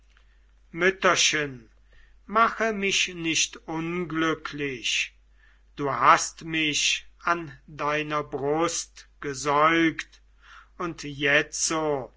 mütterchen mache mich nicht unglücklich du hast mich an deiner brust gesäugt und jetzo